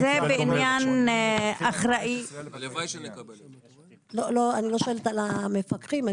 זה בעניין אחראי --- אני לא שואלת על המפקחים,